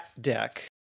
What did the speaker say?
deck